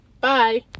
Bye